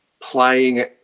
playing